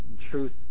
truth